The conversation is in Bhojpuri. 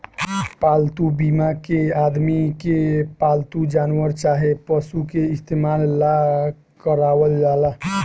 पालतू बीमा के आदमी के पालतू जानवर चाहे पशु के इलाज ला करावल जाला